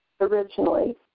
originally